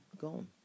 gone